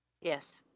yes